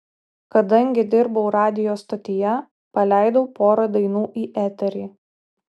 kadangi dirbau radijo stotyje paleidau porą dainų į eterį